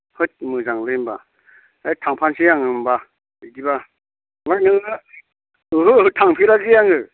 हैद मोजांलै होनबा हैद थांफानोसै आं होनबा बिदिबा ओमफ्राय नोङो ओहो ओहो थांफेराखै आङो